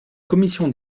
commission